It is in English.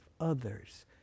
others